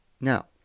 Now